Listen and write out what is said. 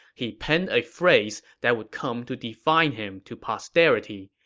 he penned a phrase that would come to define him to posterity.